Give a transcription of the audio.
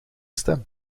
stem